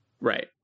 Right